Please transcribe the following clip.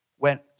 Went